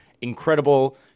incredible